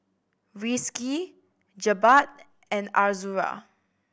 Rizqi Jebat and Azura